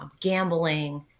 gambling